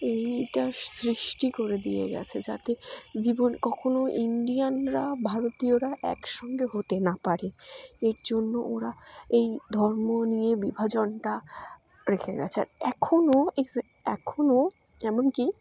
এইটা সৃষ্টি করে দিয়ে গিয়েছে যাতে জীবন কখনও ইন্ডিয়ানরা ভারতীয়রা একসঙ্গে হতে না পারে এর জন্য ওরা এই ধর্ম নিয়ে বিভাজনটা রেখে গিয়েছে আর এখনও ইভেন এখনও এমন কি